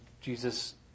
Jesus